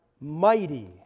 mighty